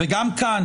גם כאן,